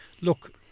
look